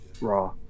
Raw